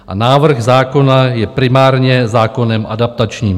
A návrh zákona je primárně zákonem adaptačním.